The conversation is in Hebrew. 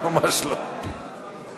שלוש דקות עומדות לרשותך.